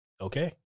Okay